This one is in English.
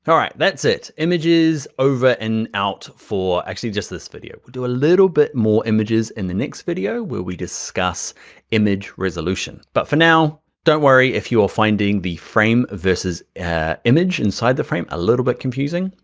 all right, that's it, images over and out for actually just this video, we'll do a little bit more images in the next video, where we discuss image resolution. but for now, don't worry if you are finding the frame this is image inside the frame a little bit confusing.